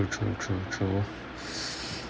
ya true true true true